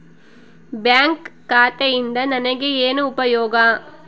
Bank ಖಾತೆಯಿಂದ ನನಗೆ ಏನು ಉಪಯೋಗ?